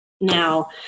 Now